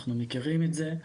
אנחנו מכירים את זה.